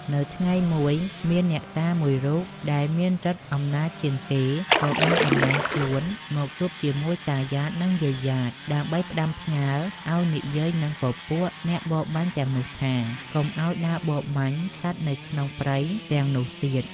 នៅថ្ងៃមួយ មានអ្នកតាមួយរូបដែលមានឬទ្ធិអំណាចជាងគេ ក៏បានតំណែងខ្លួនមកជួបជាមួយតាយ៉ាត និង យាយយ៉ាត ដើម្បីផ្ដាំផ្ញើរឱ្យនិយាយនឹងពពួកអ្នកបរបាញ់ទាំងនោះថា កុំឱ្យដើរបរបាញ់សត្វនៅក្នុងព្រៃទាំងនោះទៀត។